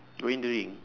go in the ring